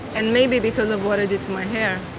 and maybe because of what i did to my hair